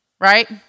right